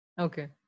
Okay